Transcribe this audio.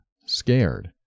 scared